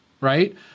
Right